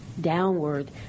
downward